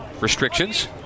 restrictions